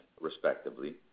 respectively